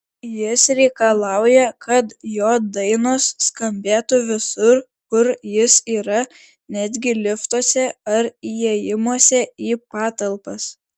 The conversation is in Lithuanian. jis reikalauja kad jo dainos skambėtų visur kur jis yra netgi liftuose ar įėjimuose į patalpas